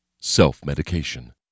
Self-Medication